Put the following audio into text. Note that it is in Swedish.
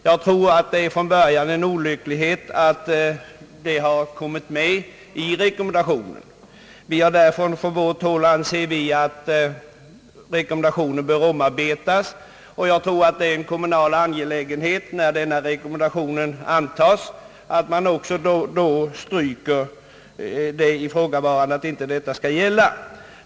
Jag tror att det är en olycklig tillfällighet att detta kommit med. Från vårt håll anser vi att rekommendationen bör omarbetas och kommunerna bör stryka detta avsnitt, när upphandlingskungörelsen antages.